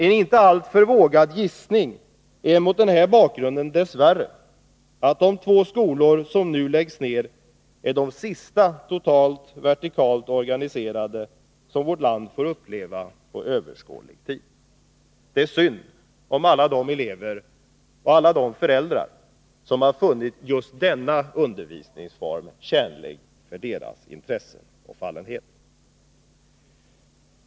En inte alltför vågad gissning är mot denna bakgrund dess värre att de två skolor som nu läggs ned är de sista totalt vertikalt organiserade som vårt land får uppleva på överskådlig tid. Det är synd om alla de elever och föräldrar som har funnit just denna undervisningsform tjänlig för sina intressen och fallenhet.